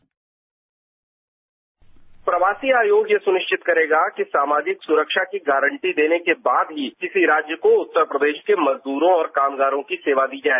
dispatch प्रवासी आयोग ये सुनिश्चित करेगा कि सामाजिक सुरक्षा की गारंटी देने के बाद ही किसी राज्य को उत्तर प्रदेश के मजदूरों और कामगारों की सेवा दी जाए